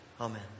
Amen